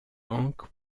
hank